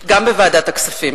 גם בוועדת הכספים.